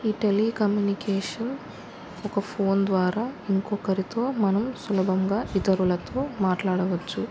ఈ టెలికమ్యూనికేషన్ ఒక ఫోన్ ద్వారా ఇంకొకరితో మనం సులభంగా ఇతరులతో మాట్లాడవచ్చు